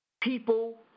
people